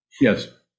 Yes